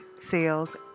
sales